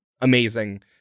amazing